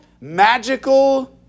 magical